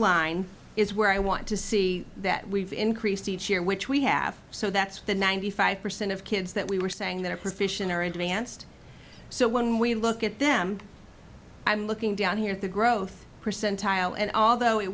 line is where i want to see that we've increased each year which we have so that's the ninety five percent of kids that we were saying their position or advanced so when we look at them i'm looking down here at the growth percentile and although it